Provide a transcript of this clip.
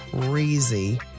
crazy